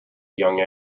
young